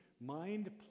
mind